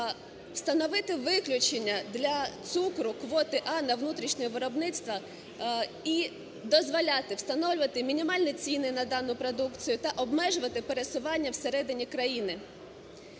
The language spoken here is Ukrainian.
встановити виключення для цукру (квоти "А") на внутрішнє виробництво. І дозволяти встановлювати мінімальні ціни на дану продукції та обмежувати пересування всередині країни.